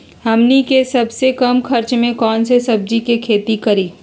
हमनी के सबसे कम खर्च में कौन से सब्जी के खेती करी?